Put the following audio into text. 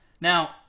Now